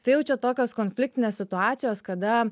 tai jau čia tokios konfliktinės situacijos kada